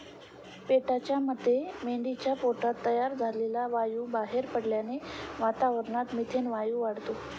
पेटाच्या मते मेंढीच्या पोटात तयार झालेला वायू बाहेर पडल्याने वातावरणात मिथेन वायू वाढतो